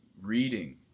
reading